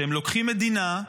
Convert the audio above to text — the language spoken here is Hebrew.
שהם לוקחים מדינה,